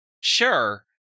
sure